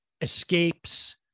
escapes